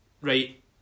right